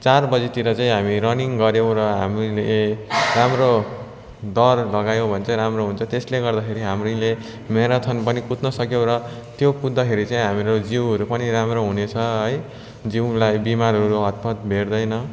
चार बजीतिर हामी रनिङ गऱ्यौँ र हामीले राम्रो दौड लगायौँ भने चाहिँ राम्रो हुन्छ त्यसले गर्दाखेरि हामीले म्याराथन पनि कुद्न सक्यौँ र त्यो कुद्दाखेरि चाहिँ हाम्रो जिउहरू पनि राम्रो हुनेछ है जिउलाई बिमारहरू हत्तपत्त भेट्दैन